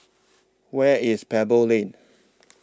Where IS Pebble Lane